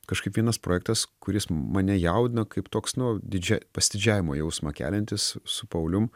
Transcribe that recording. kažkaip vienas projektas kuris mane jaudina kaip toks nu didžia pasididžiavimo jausmą keliantis su paulium